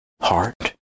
heart